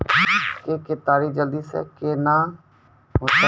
के केताड़ी जल्दी से के ना होते?